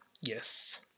Yes